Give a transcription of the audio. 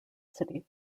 city